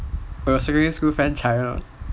orh your secondary school friend